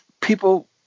people